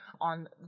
on